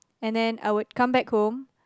and then I would come back home